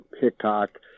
Hickok